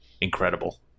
incredible